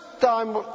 time